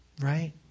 right